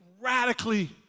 radically